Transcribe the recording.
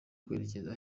kwerekeza